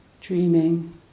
dreaming